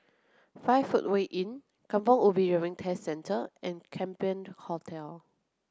five footway Inn Kampong Ubi Driving Test Centre and Champion Hotel